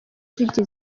zijya